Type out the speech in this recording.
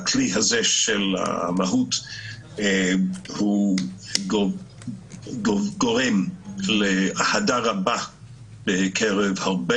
הכלי הזה של המהות הוא גורם לאהדה רבה בקרב הרבה